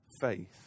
faith